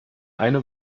eine